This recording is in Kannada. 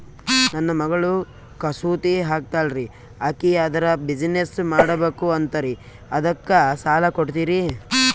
ನನ್ನ ಮಗಳು ಕಸೂತಿ ಹಾಕ್ತಾಲ್ರಿ, ಅಕಿ ಅದರ ಬಿಸಿನೆಸ್ ಮಾಡಬಕು ಅಂತರಿ ಅದಕ್ಕ ಸಾಲ ಕೊಡ್ತೀರ್ರಿ?